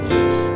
Yes